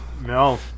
no